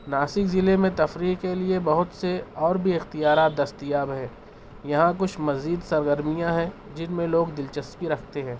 ناسک ضلعے میں تفریح کے لیے بہت سے اور بھی اختیارات دستیاب ہیں یہاں کچھ مزید سرگرمیاں ہیں جن میں لوگ دلچسپی رکھتے ہیں